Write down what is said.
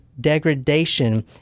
degradation